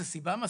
זה סיבה מספקת?